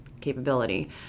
capability